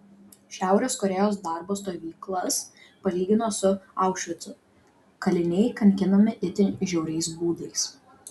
šiaurės korėjos darbo stovyklas palygino su aušvicu kaliniai kankinami itin žiauriais būdais